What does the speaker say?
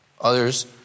Others